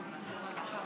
אחרי